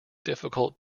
difficult